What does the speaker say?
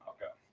Okay